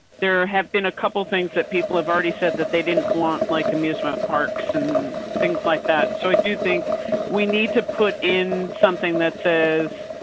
there have been a couple things that people have already said that they didn't want, like, amusement parks and things like that. so, i do think we need to put in something that says.